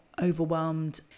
overwhelmed